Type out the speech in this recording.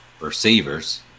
receivers